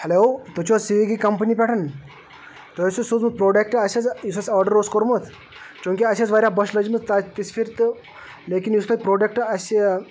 hello تُہۍ چھُو حظ سِوِگی کَمپنی پٮ۪ٹھ تۄہہِ ٲسو سوٗزمُت پرٛوڈَکٹ اَسہِ حظ یُس اَسہِ آرڈر اوس کوٚرمُت چوٗنٛکہِ اَسہِ ٲسۍ واریاہ بۄچھِ لٔجمٕژ تَتہِ تِژھ پھِر تہٕ لیکن یُس تۄہہِ پرٛوڈَکٹ اَسہِ